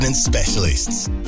Specialists